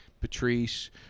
Patrice